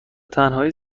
تنهایی